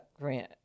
grant